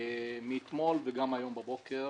מאתמול וגם היום בבוקר